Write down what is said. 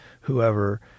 whoever